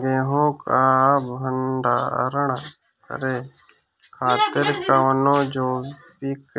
गेहूँ क भंडारण करे खातिर कवनो जैविक